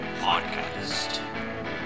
podcast